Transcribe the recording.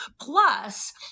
Plus